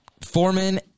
Foreman